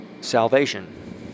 salvation